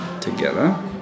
together